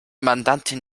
mandantin